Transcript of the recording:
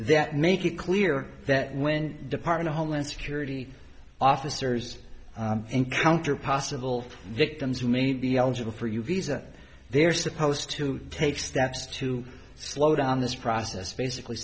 that make it clear that when department of homeland security officers encounter possible victims who may be eligible for your visa they are supposed to take steps to slow down this process basically